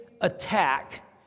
attack